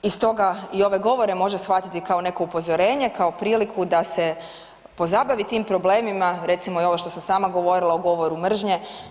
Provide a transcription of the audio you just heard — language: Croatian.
I stoga i ove govore može shvatiti kao neko upozorenje, kao priliku da se pozabavi tim problemima, recimo i ovo što sam sama govorila o govoru mržnje.